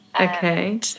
Okay